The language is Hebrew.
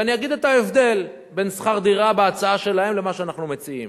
ואני אגיד מה ההבדל בין שכר דירה בהצעה שלהם למה שאנחנו מציעים.